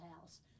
house